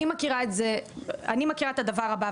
אני מכירה את הדבר הבא,